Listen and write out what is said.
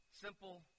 simple